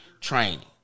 training